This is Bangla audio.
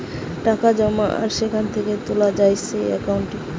টাকা জমা আর সেখান থেকে তুলে যায় যেই একাউন্টে